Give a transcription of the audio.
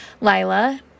Lila